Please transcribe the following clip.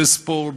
בספורט,